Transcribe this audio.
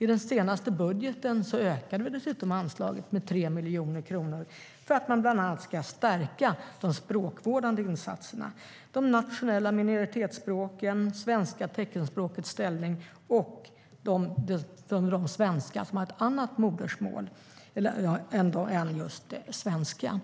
I den senaste budgeten ökade vi dessutom anslaget med 3 miljoner kronor för att man bland annat ska kunna stärka de språkvårdande insatserna, de nationella minoritetsspråkens och det svenska teckenspråkets ställning och svenskan för dem som har ett annat modersmål än svenska.